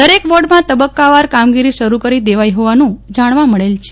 દરેક વોર્ડમાં તબકકાવાર કામગીરી શરૂ કરી દેવાઈ હોવાનું જાણવા મળેલ છે